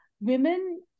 women